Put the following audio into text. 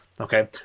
Okay